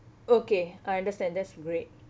okay I understand that's great